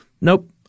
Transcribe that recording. nope